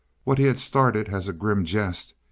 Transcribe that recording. what he had started as a grim jest,